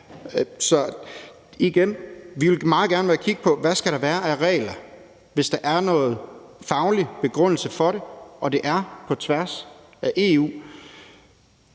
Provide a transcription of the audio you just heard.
sige, at vi meget gerne vil være med til at kigge på, hvad der skal være af regler, hvis der er en faglig begrundelse for det og det er på tværs af EU.